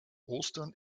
ostern